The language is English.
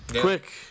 quick